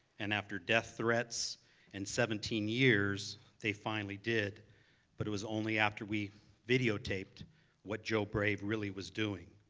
and after death threats and seventeen years they finally did but it was only after we videotaped what joe brave really was doing,